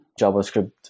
JavaScript